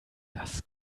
das